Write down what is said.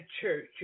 church